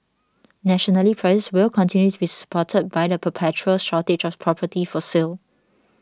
nationally prices will continue to be supported by the perpetual shortage of property for sale